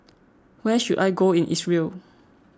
where should I go in Israel